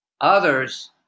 others